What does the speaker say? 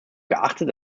geachtet